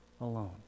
alone